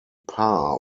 par